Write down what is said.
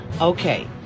Okay